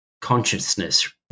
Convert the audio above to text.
consciousness